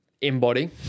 embody